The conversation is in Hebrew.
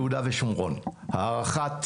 הארכת